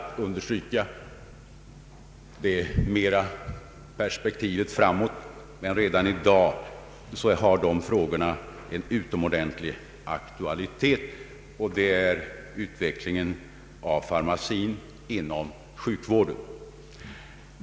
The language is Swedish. Jag avser utvecklingen av farmacin inom sjukvården. Den frågan kanske är en av de mest väsentliga i ett framtida perspektiv, men den har redan i dag en stor aktualitet.